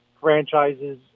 franchises